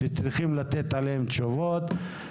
שצריך לתת עליהן תשובות.